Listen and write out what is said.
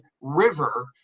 river